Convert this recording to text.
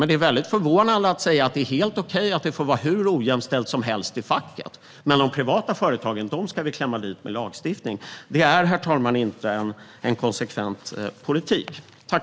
Det är väldigt förvånande att man säger att det är helt okej att det får vara hur ojämställt som helst i facket, men ska klämma dit de privata företagen med lagstiftning. Det är, herr talman, inte en konsekvent politik.